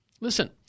Listen